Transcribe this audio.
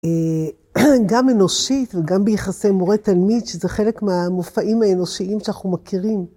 גם אנושית וגם ביחסי מורה תלמיד שזה חלק מהמופעים האנושיים שאנחנו מכירים.